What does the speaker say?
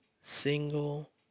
single